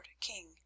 king